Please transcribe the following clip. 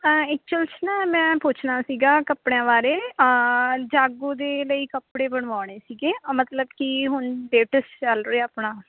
actual 'ਚ ਨਾ ਮੈਂ ਪੁੱਛਣਾ ਸੀਗਾ ਕੱਪੜਿਆਂ ਬਾਰੇ ਜਾਗੋ ਦੇ ਲਈ ਕੱਪੜੇ ਬਣਵਾਉਣੇ ਸੀਗੇ ਮਤਲਬ ਕੀ ਹੁਣ ਲੇਟੇਸਟ ਚੱਲ ਰਿਹਾ ਆਪਣਾ